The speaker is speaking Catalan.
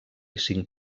cinc